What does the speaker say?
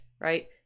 right